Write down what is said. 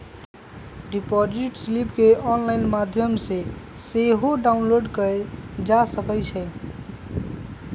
deposit slip केंऑनलाइन माध्यम से सेहो डाउनलोड कएल जा सकइ छइ